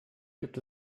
gibt